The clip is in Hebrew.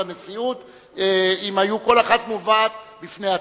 בנשיאות אם כל אחת היתה מובאת בפני עצמה.